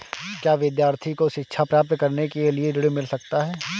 क्या विद्यार्थी को शिक्षा प्राप्त करने के लिए ऋण मिल सकता है?